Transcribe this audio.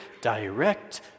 direct